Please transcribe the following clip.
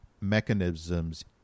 mechanisms